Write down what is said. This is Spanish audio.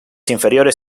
inferiores